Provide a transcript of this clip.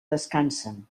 descansen